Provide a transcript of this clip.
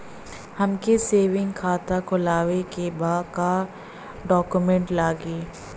हमके सेविंग खाता खोलवावे के बा का डॉक्यूमेंट लागी?